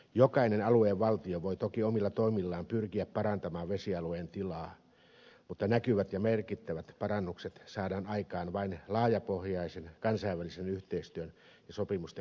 jokainen alueen valtio voi toki omilla toimillaan pyrkiä parantamaan vesialueen tilaa mutta näkyvät ja merkittävät parannukset saadaan aikaan vain laajapohjaisen kansainvälisen yhteistyön ja sopimusten kautta